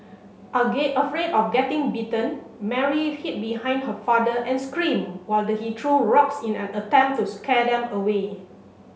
again afraid of getting bitten Mary hid behind her father and screamed while he threw rocks in an attempt to scare them away